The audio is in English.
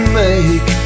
make